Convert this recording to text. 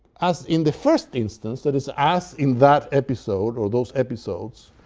as in the first instance that is, as in that episode, or those episodes,